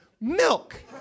milk